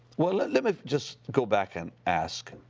well, let let me just go back and ask.